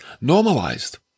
normalized